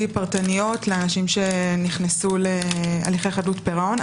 פרטניות לאנשים שנכנסו להליכי חדלות פירעון.